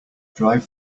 drive